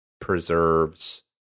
preserves